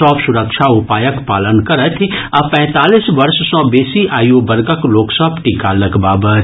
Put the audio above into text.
सभ सुरक्षा उपायक पालन करथि आ पैंतालीस वर्ष सँ बेसी आयु वर्गक लोक सभ टीका लगबावथि